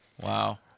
wow